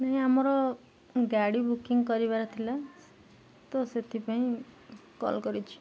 ନାଇଁ ଆମର ଗାଡ଼ି ବୁକିଂ କରିବାର ଥିଲା ତ ସେଥିପାଇଁ କଲ୍ କରିଛି